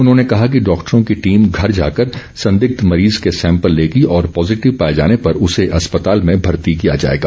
उन्होंने कहा कि डॉक्टरों की टीम घर जाकर संदिग्ध मरीज के सैंपल लेगी और पॉजिटिव पाए जाने पर उसे अस्पताल में भर्ती किया जाएगा